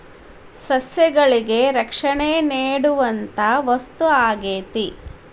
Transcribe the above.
ಸಸ್ಯಗಳಿಗೆ ರಕ್ಷಣೆ ನೇಡುವಂತಾ ವಸ್ತು ಆಗೇತಿ